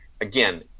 again